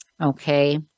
Okay